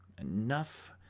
Enough